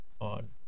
on